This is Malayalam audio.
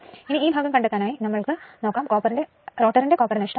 ഇനി ഈ ഭാഗം കണ്ടെത്താനായി നമ്മൾ നോക്കുന്നു റോട്ടറിന്റെ കോപ്പർ നഷ്ടം 1 SS